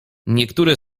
niektóre